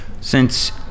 Since-